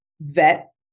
vet